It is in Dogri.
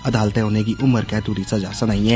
अदालतै उनेंगी उम्रकैदू दी सज़ा सनाई ऐ